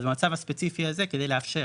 אז המצב הספציפי הזה כדי לאפשר